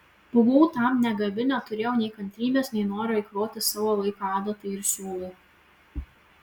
buvau tam negabi neturėjau nei kantrybės nei noro eikvoti savo laiką adatai ir siūlui